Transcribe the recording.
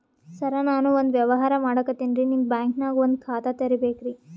ಸರ ನಾನು ಒಂದು ವ್ಯವಹಾರ ಮಾಡಕತಿನ್ರಿ, ನಿಮ್ ಬ್ಯಾಂಕನಗ ಒಂದು ಖಾತ ತೆರಿಬೇಕ್ರಿ?